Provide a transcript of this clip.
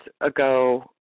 ago